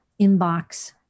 inbox